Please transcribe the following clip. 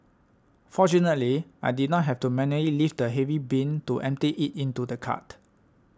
fortunately I did not have to manually lift heavy bin to empty it into the cart